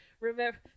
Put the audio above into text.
remember